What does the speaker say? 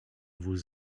vos